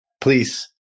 Please